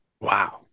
Wow